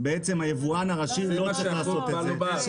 אבל אני